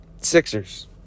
Sixers